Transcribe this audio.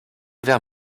vers